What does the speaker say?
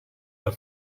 the